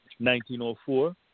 1904